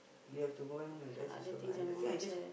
you have to go back home and rest also I I think I just